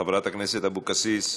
חברת הכנסת אבקסיס,